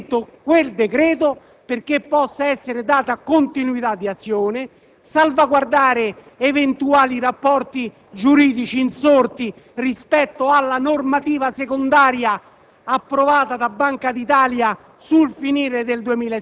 tutta la parte relativa a Basilea 2 all'interno di quel decreto perché possa essere data continuità di azione, riuscendo a salvaguardare eventuali rapporti giuridici insorti rispetto alla normativa secondaria